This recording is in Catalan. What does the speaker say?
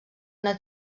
una